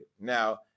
now